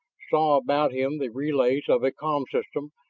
saw about him the relays of a com system,